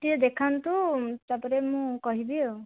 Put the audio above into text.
ଟିକେ ଦେଖାନ୍ତୁ ତା ପରେ ମୁଁ କହିବି ଆଉ